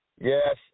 Yes